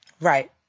Right